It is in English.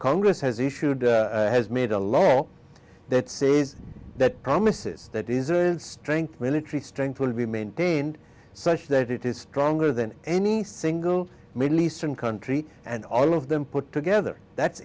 congress has issued has made a law that says that promises that is a strength military strength will be maintained such that it is stronger than any single middle eastern country and all of them put together that's